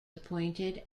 appointed